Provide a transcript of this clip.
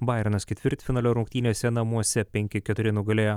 baironas ketvirtfinalio rungtynėse namuose penki keturi nugalėjo